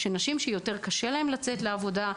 נשים שיותר קשה להן לצאת לעבודה.